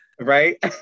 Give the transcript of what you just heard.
Right